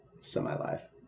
semi-live